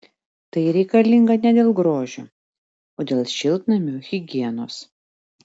tai reikalinga ne dėl grožio o dėl šiltnamio higienos